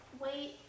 wait